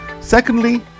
Secondly